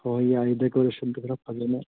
ꯍꯣꯏ ꯍꯣꯏ ꯌꯥꯏ ꯗꯦꯀꯣꯔꯦꯁꯟꯗꯨ ꯈꯔ ꯐꯖꯅ